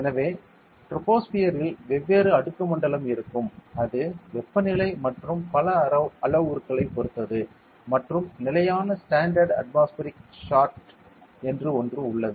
எனவே ட்ரோபோஸ்பியரில் வெவ்வேறு அடுக்கு மண்டலம் இருக்கும் அது வெப்பநிலை மற்றும் பல அளவுருக்களைப் பொறுத்தது மற்றும் நிலையான ஸ்டாண்டர்டு அட்மாஸ்பரிக் ஷார்ட் என்று ஒன்று உள்ளது